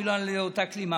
אוי לה לאותה כלימה".